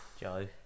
Joe